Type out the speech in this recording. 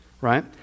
right